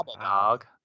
dog